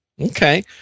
Okay